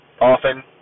often